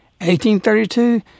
1832